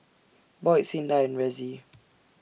Boyd Cinda and Ressie